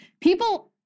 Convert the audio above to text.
People